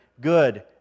good